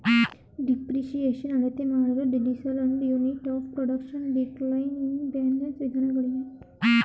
depreciation ಅಳತೆಮಾಡಲು digital and unit of production, decline in balance ವಿಧಾನಗಳಿವೆ